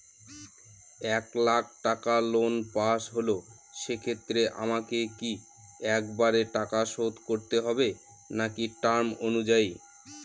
এক লাখ টাকা লোন পাশ হল সেক্ষেত্রে আমাকে কি একবারে টাকা শোধ করতে হবে নাকি টার্ম অনুযায়ী?